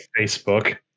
Facebook